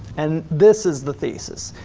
and this is the thesis.